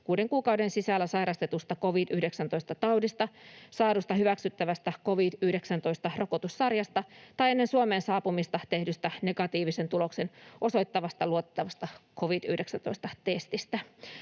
6 kuukauden sisällä sairastetusta covid-19-taudista, saadusta hyväksyttävästä covid-19-rokotussarjasta tai ennen Suomeen saapumista tehdystä negatiivisen tuloksen osoittavasta luotettavasta covid-19-testistä.